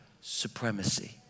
supremacy